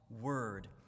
word